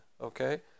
Okay